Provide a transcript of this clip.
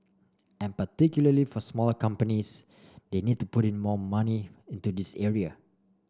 and particularly for smaller companies they need to put more money into this area